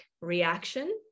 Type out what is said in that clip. reaction